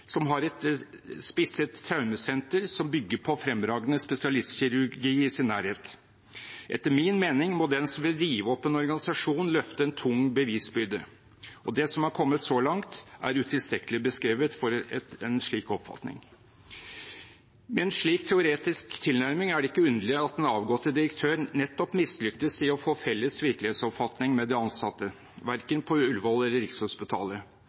som har et spisset traumesenter som bygger på fremragende spesialistkirurgi i sin nærhet. Etter min mening må den som vil rive opp en organisasjon, løfte en tung bevisbyrde, og det som er kommet så langt, er utilstrekkelig beskrevet for en slik oppfatning. Med en slik teoretisk tilnærming er det ikke underlig at den avgåtte direktør nettopp mislyktes i å få en felles virkelighetsoppfatning med de ansatte,